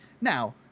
Now